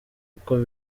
kuko